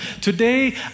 Today